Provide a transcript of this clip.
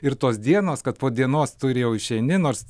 ir tos dienos kad po dienos tujau ir išeini nors